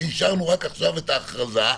שאישרנו רק עכשיו את ההכרזה,